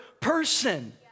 person